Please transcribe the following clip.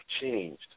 changed